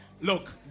Look